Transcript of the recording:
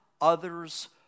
others